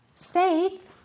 faith